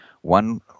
One